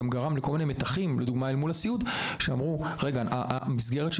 מה שגרם למתחים מול הסיעוד שאמר שהמסגרת של